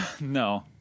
no